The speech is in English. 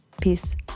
Peace